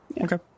Okay